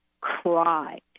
cried